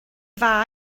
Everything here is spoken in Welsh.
dda